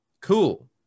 Cool